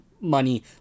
money